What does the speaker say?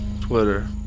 twitter